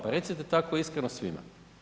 Pa recite tako iskreno svima.